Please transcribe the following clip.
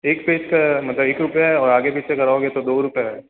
एक पेज का मतलब एक रुपया है और आगे पीछे करवाओगे तो दो रुपए है